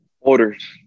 Orders